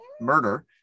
murder